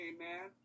Amen